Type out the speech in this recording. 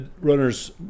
runners